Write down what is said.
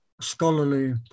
scholarly